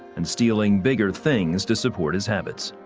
and stealing bigger things to support his habit.